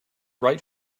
right